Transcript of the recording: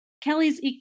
Kelly's